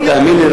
תאמין לי,